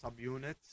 subunits